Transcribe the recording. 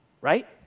right